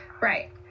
Right